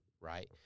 right